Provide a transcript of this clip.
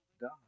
God